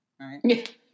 right